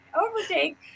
overtake